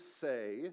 say